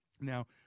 Now